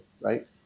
right